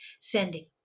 sending